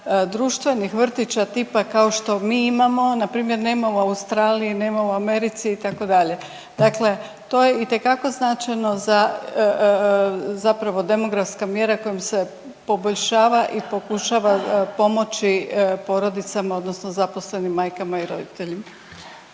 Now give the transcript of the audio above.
društvenih vrtića tipa kao što mi imamo npr. nema u Australiji, nema u Americi itd. Dakle, to je itekako značajno za, zapravo demografska mjera kojom je poboljšava i pokušava pomoći porodicama odnosno zaposlenim majkama i roditeljima.